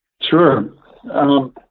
Sure